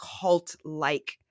cult-like